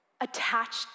Attached